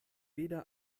weder